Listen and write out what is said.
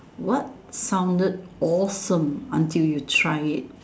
what sounded awesome until you try it